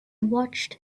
watched